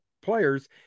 players